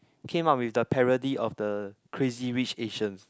came out with the parody of the Crazy-Rich-Asians